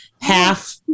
half